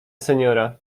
seniora